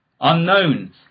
Unknown